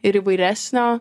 ir įvairesnio